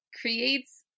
creates